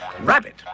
Rabbit